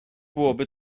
byłoby